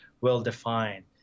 well-defined